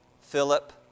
Philip